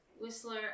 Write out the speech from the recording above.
Whistler